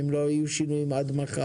אם לא יהיו שינויים זה עד מחר.